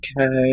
Okay